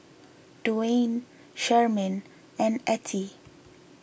Duwayne Charmaine and Ettie